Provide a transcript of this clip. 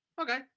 Okay